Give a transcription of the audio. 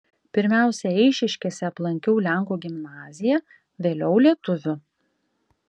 pirmiausia eišiškėse aplankiau lenkų gimnaziją vėliau lietuvių